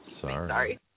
Sorry